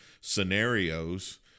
scenarios